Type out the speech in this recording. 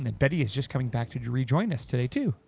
betty is just coming back to rejoin us today too.